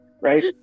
right